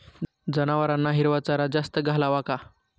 जनावरांना हिरवा चारा जास्त घालावा का?